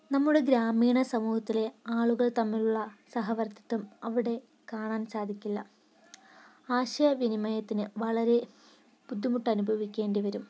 നമ്മുടെ ഗ്രാമീണ സമൂഹത്തിലെ ആളുകൾ തമ്മിലുള്ള സഹവർത്തിത്വം അവിടെ കാണാൻ സാധിക്കില്ല ആശയവിനിമയത്തിന് വളരെ ബുദ്ധിമുട്ട് അനുഭവിക്കേണ്ടി വരും